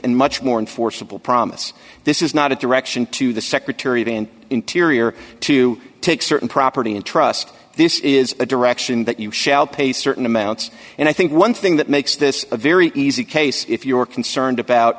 and much more and forcible promise this is not a direction to the secretary of an interior to take certain property in trust this is a direction that you shall pay certain amounts and i think one thing that makes this a very easy case if you are concerned about